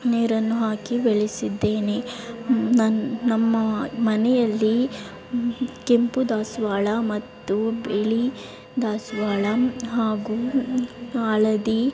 ನೀರನ್ನು ಹಾಕಿ ಬೆಳೆಸಿದ್ದೇನೆ ನನ್ನ ನಮ್ಮ ಮನೆಯಲ್ಲಿ ಕೆಂಪು ದಾಸವಾಳ ಮತ್ತು ಬಿಳಿ ದಾಸವಾಳ ಹಾಗೂ ಹಳದಿ